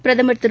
பிரதமா் திரு